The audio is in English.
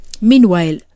meanwhile